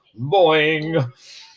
boing